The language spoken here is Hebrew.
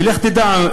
ולך תדע,